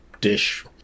dish